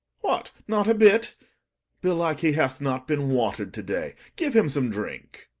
what, not a bit belike he hath not been watered to-day give him some drink.